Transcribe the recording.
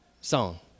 song